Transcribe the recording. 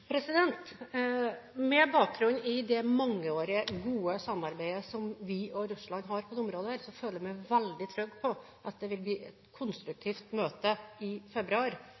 Med bakgrunn i det mangeårige, gode samarbeidet som vi og Russland har på dette området, føler jeg meg veldig trygg på at det vil bli et konstruktivt møte i februar